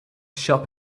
shop